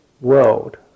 world